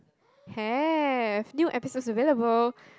have new episodes available